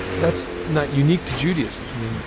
that's not unique to judaism. i mean,